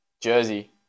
Jersey